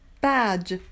Badge